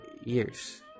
years